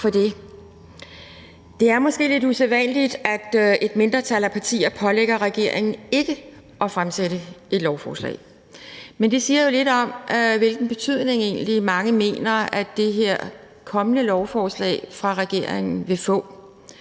Det er måske lidt usædvanligt, at et mindretal af partier pålægger regering ikke at fremsætte et lovforslag, men det siger jo lidt om, hvilken betydning mange egentlig mener det kommende lovforslag fra regeringen vil få.